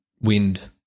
wind